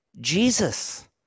Jesus